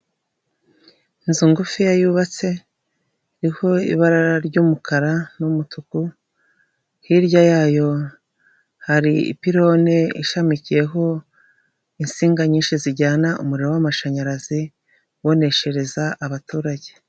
Inzu ngufiya yubatse iriho ibara ry'umukara n'umutuku, hirya yayo hari ipirone ishamikiyeho insinga nyinshi zijyana umuriro w'amashanyarazi uboneshereza abaturage.